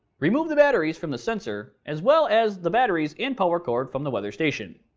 remove the batteries from the sensor, as well as, the batteries and power cord from the weather station.